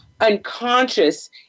unconscious